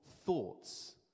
thoughts